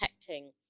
protecting